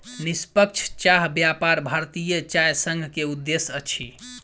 निष्पक्ष चाह व्यापार भारतीय चाय संघ के उद्देश्य अछि